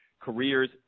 careers